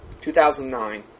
2009